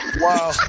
Wow